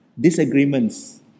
Disagreements